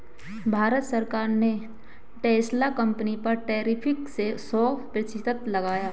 भारत सरकार ने Tesla company पर टैरिफ सो प्रतिशत लगाया